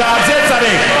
אתה, זה צריך.